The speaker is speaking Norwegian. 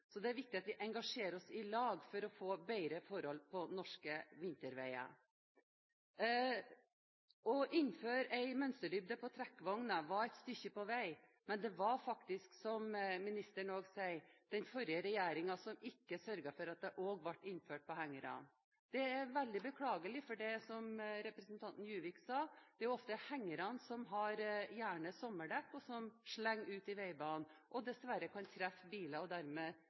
Det er viktig at vi engasjerer oss i lag for å få bedre forhold på norske vinterveier. Det å innføre krav om mønsterdybde på trekkvogner var et stykke på vei, men det var faktisk, som ministeren også sier, den forrige regjeringen som ikke sørget for at det også ble innført på hengere. Det er veldig beklagelig, for, som representanten Juvik sa, det er jo ofte hengerne som har sommerdekk, og som slenger ut i veibanen, og dessverre kan treffe biler og